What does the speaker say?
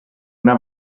una